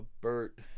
Bert